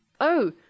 Oh